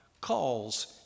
calls